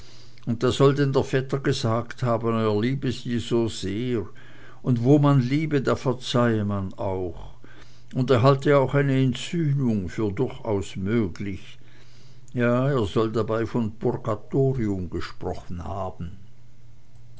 und da soll denn der vetter gesagt haben er liebe sie so sehr und wo man liebe da verzeihe man auch und er halte auch eine entsühnung für durchaus möglich ja er soll dabei von purgatorium gesprochen haben